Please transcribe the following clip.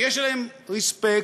ויש אליהם respect,